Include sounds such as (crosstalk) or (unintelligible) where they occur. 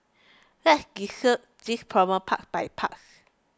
let's (unintelligible) this problem part by part